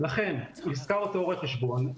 לכן נשכר אותו רואה חשבון.